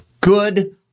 Good